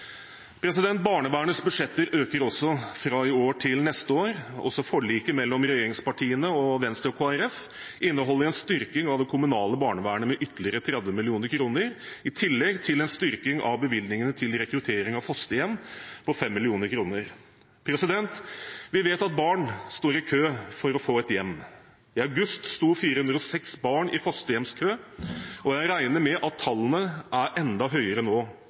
praksis. Barnevernets budsjetter øker også fra i år til neste år. Også forliket mellom regjeringspartiene og Venstre og Kristelig Folkeparti inneholder en styrking av det kommunale barnevernet med ytterligere 30 mill. kr i tillegg til en styrking av bevilgningene til rekruttering av fosterhjem på 5 mill. kr. Vi vet at barn står i kø for å få et hjem. I august sto 406 barn i fosterhjemskø, og jeg regner med at tallene er enda høyere nå.